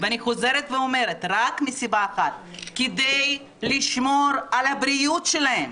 ואני חוזרת ואומרת: רק מסיבה אחת כדי לשמור על הבריאות שלהם,